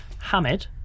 Hamid